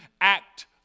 act